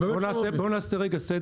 בואו נעשה רגע סדר.